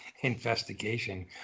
investigation